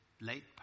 late